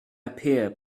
appear